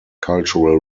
cultural